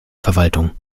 verwaltung